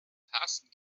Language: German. karsten